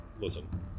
Listen